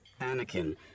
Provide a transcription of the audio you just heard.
Anakin